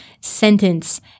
sentence